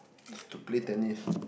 it's to play tennis